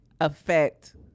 affect